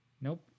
Nope